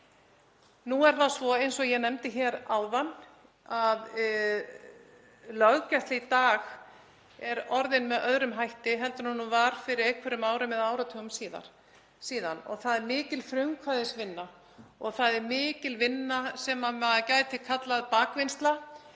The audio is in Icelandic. Nú er það svo, eins og ég nefndi hér áðan, að löggæsla í dag er orðin með öðrum hætti heldur en hún var fyrir einhverjum árum eða áratugum síðan. Það er mikil frumkvæðisvinna og það er mikil vinna sem gæti kallast bakvinnsla,